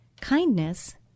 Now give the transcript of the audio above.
kindness